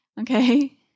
Okay